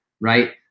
right